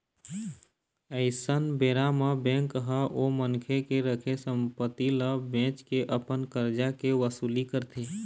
अइसन बेरा म बेंक ह ओ मनखे के रखे संपत्ति ल बेंच के अपन करजा के वसूली करथे